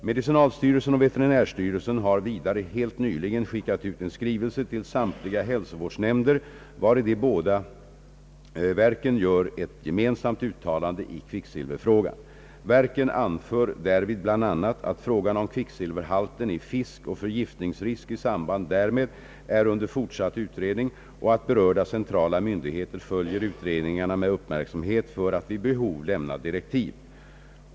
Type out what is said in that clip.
Medicinalstyrelsen och veterinärstyrelsen har vidare helt nyligen skickat ut en skrivelse till samtliga hälsovårdsnämnder, vari de båda verken gör ett gemensamt uttalande i kvicksilverfrågan. Verken anför därvid bl.a. att frågan om kvicksilverhalten i fisk och förgiftningsrisk i samband därmed är under fortsatt utredning och att berörda centrala myndigheter följer utredningarna med uppmärksamhet för att vid behov lämna direktiv.